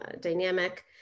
dynamic